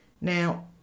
now